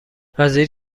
وزیر